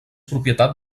propietat